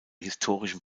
historischen